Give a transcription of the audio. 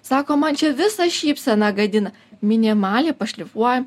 sako man čia visa šypsena gadina minimaliai pašlifuojam